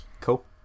Cool